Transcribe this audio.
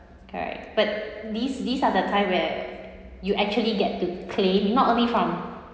correct but these these are the time where you actually get to claim not only from